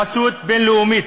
בחסות בין-לאומית.